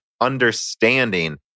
understanding